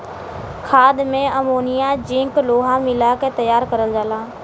खाद में ammonia zinc लोहा मिला के तैयार करल जाला